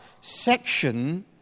section